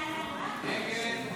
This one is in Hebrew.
30 בעד, 40 נגד.